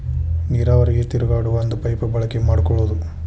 ನೇರಾವರಿಗೆ ತಿರುಗಾಡು ಒಂದ ಪೈಪ ಬಳಕೆ ಮಾಡಕೊಳುದು